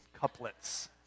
couplets